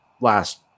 last